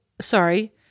sorry